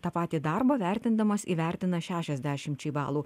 tą patį darbą vertindamas įvertina šešiasdešimčiai balų